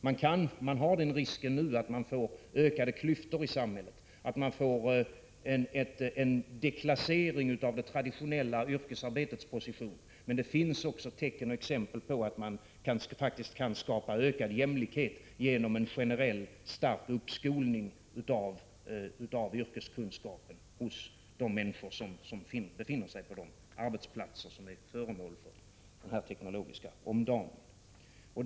Man löper den risken nu att man får ökade klyftor i samhället, att det blir en deklassering av det traditionella yrkesarbetets position. Men det finns också exempel på att man faktiskt kan skapa ökad jämlikhet genom en generell och stark uppskolning av yrkeskunskapen hos de människor som befinner sig på de arbetsplatser som är föremål för den här teknologiska omdaningen.